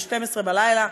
ב-12:00 בלילה,